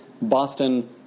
Boston